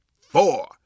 four